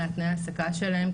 מתנאי העסקה שלהן,